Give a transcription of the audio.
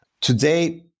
Today